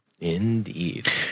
Indeed